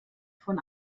von